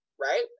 right